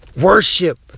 Worship